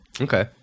Okay